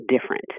different